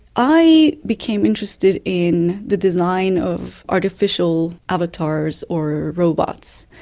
i became interested in the design of artificial avatars or robots.